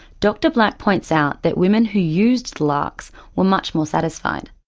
dr black points out that women who used larcs were much more satisfied.